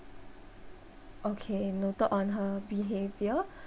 okay noted on her behaviour